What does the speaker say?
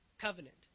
Covenant